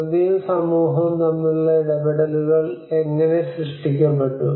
പ്രകൃതിയും സമൂഹവും തമ്മിലുള്ള ഇടപെടലുകൾ എങ്ങനെ സൃഷ്ടിക്കപ്പെട്ടു